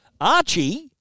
Archie